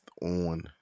on